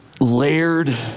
layered